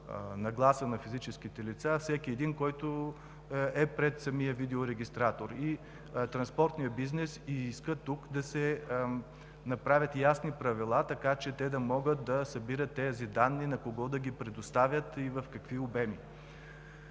нагласа на физическите лица, всеки един, който е пред самия видеорегистратор. Транспортният бизнес иска тук да се направят ясни правила, така че да могат да събират тези данни, на кого да ги предоставят и в какви обеми.